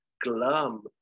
glum